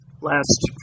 Last